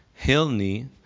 Hilni